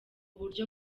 buryo